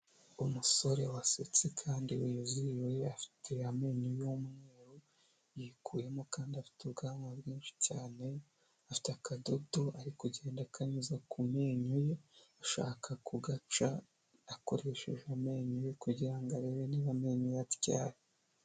Umusore wasetse kandi wizihiye afite amenyo y’umweru yikuye kandi afite ubwanwa bwinshi cyane afite akadodo ari kugenda akanyuza ku menyo ye ashaka kugaca akoresheje amenyo kugira ngo arebe niba amenyo ye atyaye.